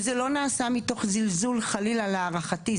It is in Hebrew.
וזה לא נעשה מתוך זלזול חלילה להערכתי,